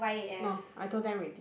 no I told them ready